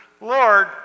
Lord